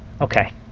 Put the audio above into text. Okay